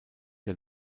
der